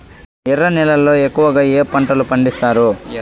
ఎర్ర నేలల్లో ఎక్కువగా ఏ పంటలు పండిస్తారు